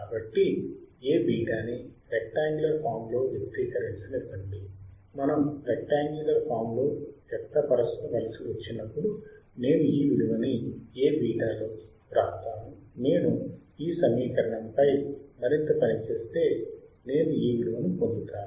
కాబట్టి A β ని rectangular form లో వ్యక్తీకరించనివ్వండి మనం రెక్టాంగ్యులర్ ఫాం లో వ్యక్తపరచవలసి వచ్చినప్పుడు నేను ఈ విలువ ని A β లోకి వ్రాస్తాను నేను ఈ సమీకరణంపై మరింత పని చేస్తే నేను ఈ విలువను పొందుతాను